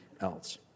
else